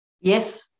yes